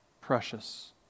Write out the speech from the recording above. precious